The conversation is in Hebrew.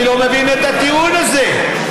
אני לא מבין את הטיעון הזה.